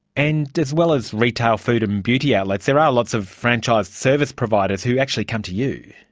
and as well as retail food and beauty outlets there are lots of franchised service providers who actually come to you.